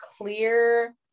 clear